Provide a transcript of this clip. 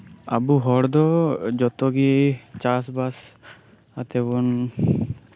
ᱟᱵᱚ ᱦᱚᱲᱫᱚ ᱡᱷᱚᱛᱚᱜᱮ ᱪᱟᱥᱵᱟᱥ ᱟᱛᱮᱵᱚᱱ